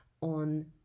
on